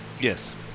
Yes